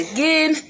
Again